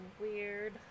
weird